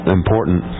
important